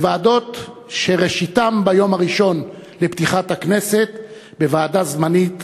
הן ועדות שראשיתן ביום הראשון לפתיחת הכנסת בוועדה זמנית